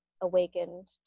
awakened